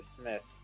Smith